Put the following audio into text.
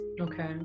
Okay